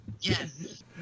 Yes